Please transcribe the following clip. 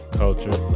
culture